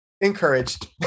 encouraged